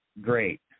great